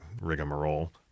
rigmarole